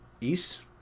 East